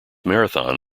marathon